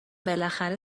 بالاخره